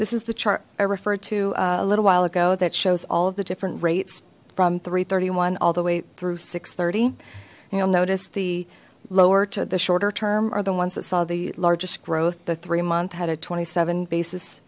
this is the chart i referred to a little while ago that shows all of the different rates from three hundred and thirty one all the way through six thirty and you'll notice the lower two the shorter term are the ones that saw the largest growth the three month had a twenty seven basis